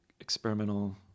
experimental